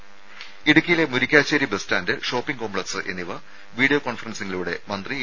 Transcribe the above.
രേര ഇടുക്കിയിലെ Murickassery bus stand shopping complex എന്നിവ വീഡിയോ കോൺഫറൻസിംഗിലൂടെ മന്ത്രി എ